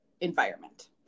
environment